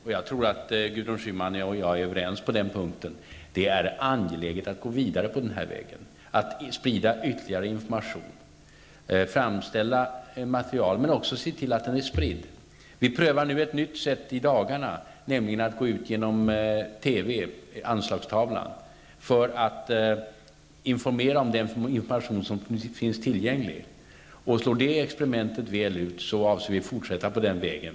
Det är samtidigt -- Gudrun Schyman och jag är nog överens på den punkten -- angeläget att gå vidare på den vägen, att sprida ytterligare information, att framställa material och också se till att informationen sprids. I dagarna prövas ett nytt sätt att sprida information, nämligen genom att gå ut via TVs Anslagstavlan för att upplysa om den information som finns tillgänglig. Slår detta experiment väl ut, avser vi att fortsätta på den vägen.